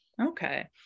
Okay